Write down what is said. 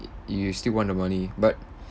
y~ you still want the money but